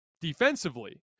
defensively